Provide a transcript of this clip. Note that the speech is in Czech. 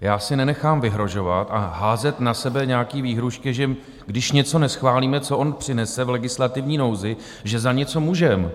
Já si nenechám vyhrožovat a házet na sebe nějaké výhrůžky, že když něco neschválíme, co on přinese v legislativní nouzi, že za něco můžeme.